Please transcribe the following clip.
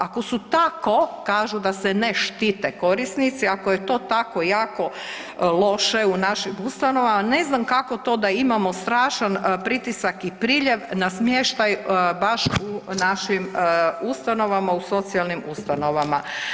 Ako su tako kažu da se ne štite korisnici, ako je to tako i jako loše u našim ustanovama ne znam kako to da imamo strašan pritisak i priljev na smještaj baš u našim ustanovama, u socijalnim ustanovama.